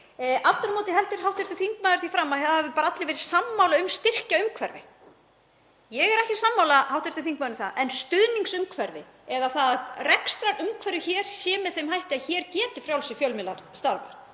Aftur á móti heldur hv. þingmaður því fram að það hafi bara allir verið sammála um styrkjaumhverfið. Ég er ekki sammála hv. þingmanni um það en stuðningsumhverfi eða það að rekstrarumhverfi hér sé með þeim hætti að hér geti frjálsir fjölmiðlar starfað,